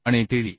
आणि TD